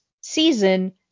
season